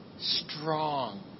strong